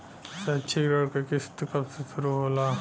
शैक्षिक ऋण क किस्त कब से शुरू होला?